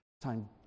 time